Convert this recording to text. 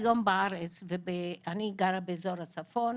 אני גרה באזור הצפון